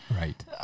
Right